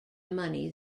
money